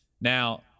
Now